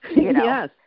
Yes